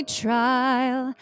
trial